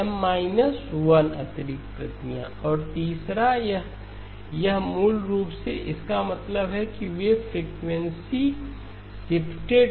M 1 अतिरिक्त प्रतियां और तीसरा यह मूल रूप से इसका मतलब है कि वे फ्रीक्वेंसी शिफ्टेड हैं